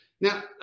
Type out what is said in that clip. Now